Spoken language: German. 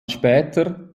später